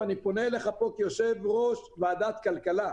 אני פונה אליך פה כיושב ראש ועדת כלכלה,